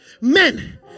men